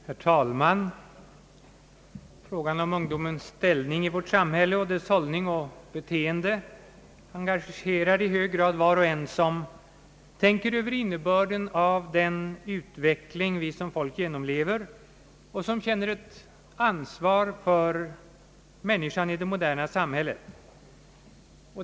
Herr talman! Frågan om ungdomens ställning i vårt samhälle och dess hållning och beteende engagerar i hög grad var och en som tänker över innebörden av den utveckling vi som folk genomlever, liksom envar som känner ett ansvar för människan i det moderna samhället.